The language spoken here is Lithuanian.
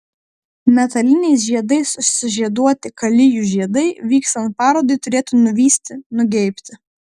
metaliniais žiedais sužieduoti kalijų žiedai vykstant parodai turėtų nuvysti nugeibti